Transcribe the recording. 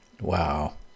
Wow